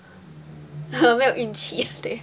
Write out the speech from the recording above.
没有运气对